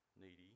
needy